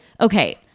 okay